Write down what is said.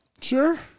Sure